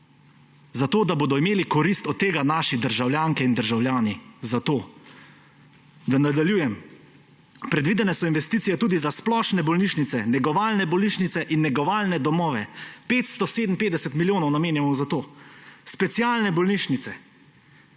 Zato, da bodo imeli korist od tega naši državljanke in državljani. Zato. Da nadaljujem. Predvidene so investicije tudi za splošne bolnišnice, negovalne bolnišnice in negovalne domove. 557 milijonov namenjamo za to. Specialne bolnišnice,